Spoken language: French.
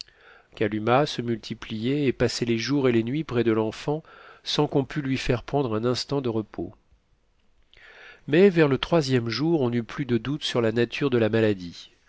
kalumah se multipliait et passait les jours et les nuits près de l'enfant sans qu'on pût lui faire prendre un instant de repos mais vers le troisième jour on n'eut plus de doute sur la nature de la maladie